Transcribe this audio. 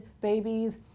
babies